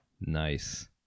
nice